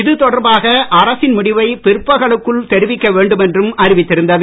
இது தொடர்பாக அரசின் முடிவை பிற்பகலுக்குள் தெரிவிக்க வேண்டும் என்றும் அறிவித்திருந்தது